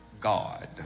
God